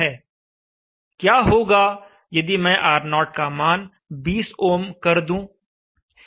क्या होगा यदि मैं R0 का मान 20 ओम कर दूं